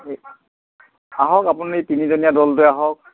আহক আপুনি তিনিজনীয়া দলটোৱে আহক